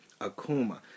Akuma